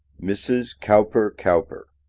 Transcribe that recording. mrs. cowper-cowper.